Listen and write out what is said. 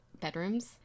bedrooms